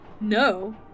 No